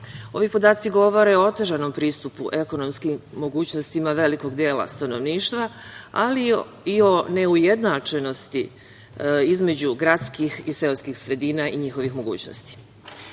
Ovi podaci govore o otežanom pristupu i ekonomskim mogućnostima velikog dela stanovništva, ali i o neujednačenosti između gradskih i seoskih sredina i njihovih